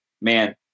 man